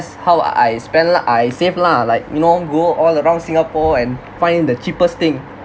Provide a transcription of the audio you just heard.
how I spend lah I save lah like you know go all around singapore and find the cheapest thing